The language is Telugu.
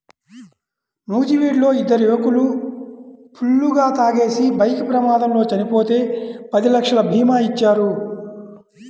నూజివీడులో ఇద్దరు యువకులు ఫుల్లుగా తాగేసి బైక్ ప్రమాదంలో చనిపోతే పది లక్షల భీమా ఇచ్చారు